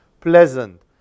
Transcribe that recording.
pleasant